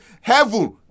heaven